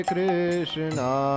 Krishna